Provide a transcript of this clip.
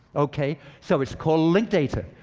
ok, so it's called linked data.